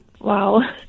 Wow